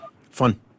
Fun